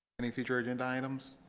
any future agenda items?